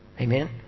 Amen